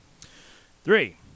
Three